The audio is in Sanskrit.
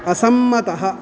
असम्मतः